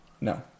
No